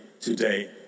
today